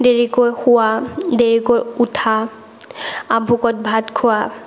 দেৰিকৈ শোৱা দেৰিকৈ উঠা আভোকত ভাত খোৱা